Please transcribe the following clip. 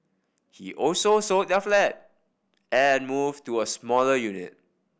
he also sold their flat and moved to a smaller unit